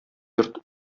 йорт